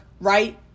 right